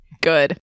Good